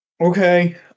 Okay